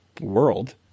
world